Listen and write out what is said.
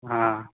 हाँ